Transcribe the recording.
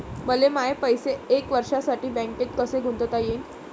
मले माये पैसे एक वर्षासाठी बँकेत कसे गुंतवता येईन?